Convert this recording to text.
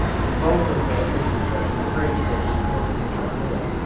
and both of the listening session transcripts, both of which i read,